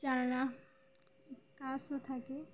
জানালা কাঁচও থাকে